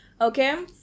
okay